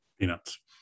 Peanuts